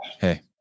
Hey